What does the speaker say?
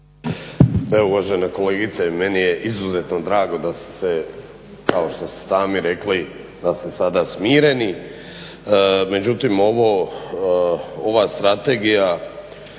Uvažena kolegice, meni je izuzetno drago da ste kao što ste sami rekli da ste sada smireni, međutim ova strategija